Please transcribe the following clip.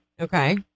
Okay